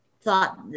thought